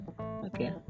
Okay